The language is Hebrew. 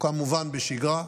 וכמובן בשגרה,